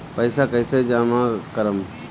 पैसा कईसे जामा करम?